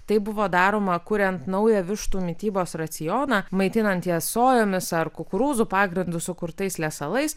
tai buvo daroma kuriant naują vištų mitybos racioną maitinant jas sojomis ar kukurūzų pagrindu sukurtais lesalais